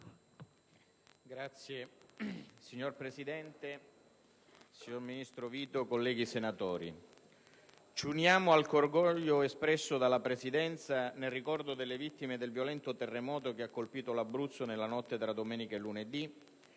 Signor Presidente, signor ministro Vito, colleghi senatori, ci uniamo al cordoglio espresso dalla Presidenza nel ricordo delle vittime del violento terremoto che ha colpito l'Abruzzo nella notte tra domenica e lunedì